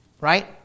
Right